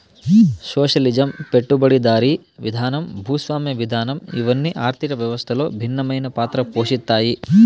socialism పెట్టుబడిదారీ విధానం భూస్వామ్య విధానం ఇవన్ని ఆర్థిక వ్యవస్థలో భిన్నమైన పాత్ర పోషిత్తాయి